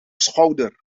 schouder